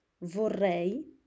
Vorrei